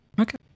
Okay